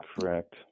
correct